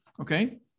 Okay